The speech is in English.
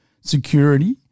security